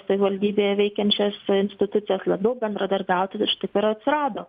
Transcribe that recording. savivaldybėje veikiančias institucijas labiau bendradarbiauti taip ir atsirado